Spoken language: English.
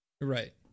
Right